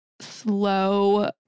slow